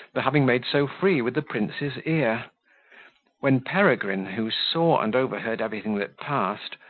for having made so free with the prince's ear when peregrine, who saw and overheard everything that passed,